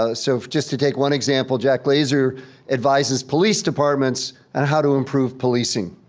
ah so just to take one example, jack glaser advises police departments on how to improve policing.